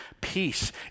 Peace